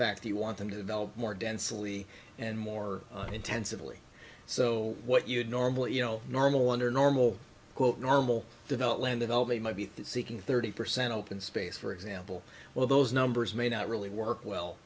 fact you want them to develop more densely and more intensively so what you'd normally you know normal under normal quote normal develop land at all they might be seeking thirty percent open space for example well those numbers may not really work well